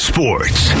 Sports